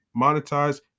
monetize